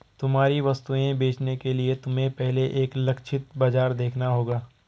तुम्हारी वस्तुएं बेचने के लिए तुम्हें पहले एक लक्षित बाजार देखना होगा